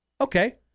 okay